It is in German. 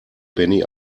benny